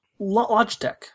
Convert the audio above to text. Logitech